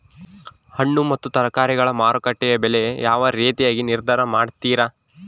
ಹಣ್ಣು ಮತ್ತು ತರಕಾರಿಗಳ ಮಾರುಕಟ್ಟೆಯ ಬೆಲೆ ಯಾವ ರೇತಿಯಾಗಿ ನಿರ್ಧಾರ ಮಾಡ್ತಿರಾ?